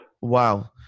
Wow